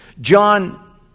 john